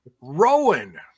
Rowan